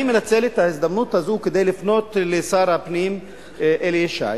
אני מנצל את ההזדמנות הזאת כדי לפנות לשר הפנים אלי ישי